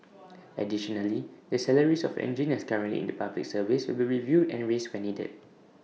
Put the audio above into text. additionally the salaries of engineers currently in the Public Service will be reviewed and raised where needed